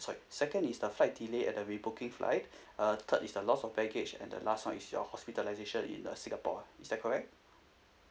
sorry second is the flight delay at the we booking flight uh third is the loss of baggage and the last one is your hospitalisation in uh singapore is that correct